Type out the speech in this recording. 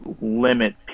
limit